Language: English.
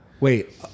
Wait